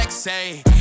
Say